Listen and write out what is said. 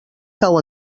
cau